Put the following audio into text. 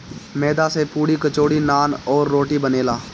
मैदा से पुड़ी, कचौड़ी, नान, अउरी, रोटी बनेला